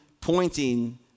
pointing